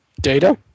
Data